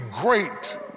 great